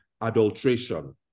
adulteration